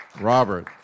Robert